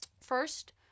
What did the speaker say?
first